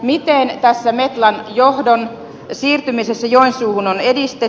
miten tässä metlan johdon siirtymisessä joensuuhun on edistytty